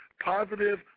Positive